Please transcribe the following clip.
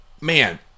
man